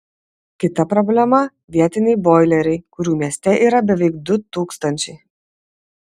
kita problema vietiniai boileriai kurių mieste yra beveik du tūkstančiai